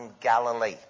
Galilee